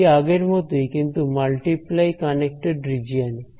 এটি আগের মতই কিন্তু মাল্টিপ্লাই কানেক্টেড রিজিওন এ